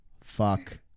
fuck